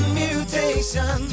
mutation